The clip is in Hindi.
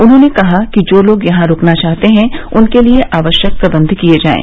उन्होंने कहा कि जो लोग यहां रूकना चाहते हैं उनके लिए आवश्यक प्रबन्ध किए जायें